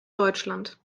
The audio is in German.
deutschland